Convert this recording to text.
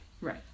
Right